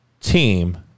team